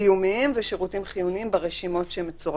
קיומיים ושירותים חיוניים ברשימות שמצורפות.